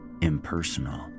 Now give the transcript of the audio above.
impersonal